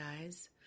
guys